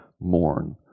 mourn